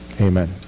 Amen